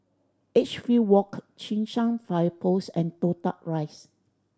Edgefield Walk Cheng San Fire Post and Toh Tuck Rise